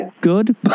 good